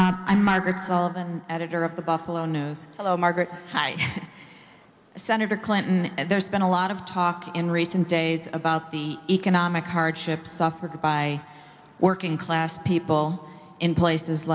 i margaret sullivan editor of the buffalo news hello margaret hi senator clinton there's been a lot of talk in recent days about the economic hardships suffered by working class people in places